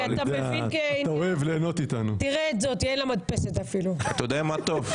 אתה יודע מה טוב.